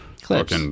clips